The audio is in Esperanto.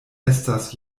estas